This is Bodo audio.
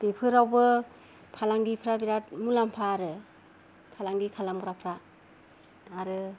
बेफोरावबो फालांगिफ्रा बिराथ मुलाम्फा आरो फालांगि खालामग्रा फ्रा आरो